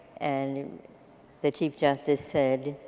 and the chief justice said